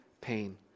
pain